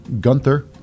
Gunther